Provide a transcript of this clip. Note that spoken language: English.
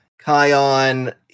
Kion